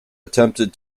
attempted